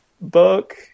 book